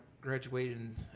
graduated